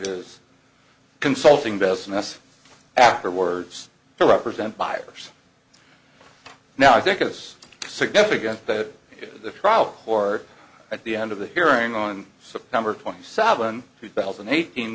his consulting business afterwards to represent buyers now i think it's significant that the trial or at the end of the hearing on september twenty seventh two thousand and eighteen